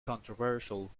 controversial